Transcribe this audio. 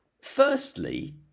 Firstly